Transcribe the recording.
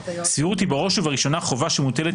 סבירות היא בראש ובראשונה חובה שמוטלת